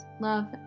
love